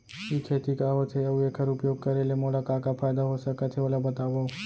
ई खेती का होथे, अऊ एखर उपयोग करे ले मोला का का फायदा हो सकत हे ओला बतावव?